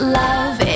love